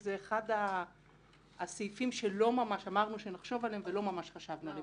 שזה אחד הסעיפים שאמרנו שנחשוב עליהם ולא ממש חשבנו עליהם.